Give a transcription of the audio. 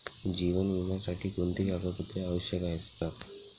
जीवन विम्यासाठी कोणती कागदपत्रे आवश्यक असतात?